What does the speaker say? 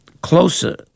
closer